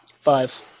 Five